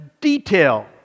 detail